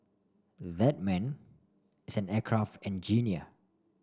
that man is an aircraft engineer